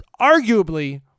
arguably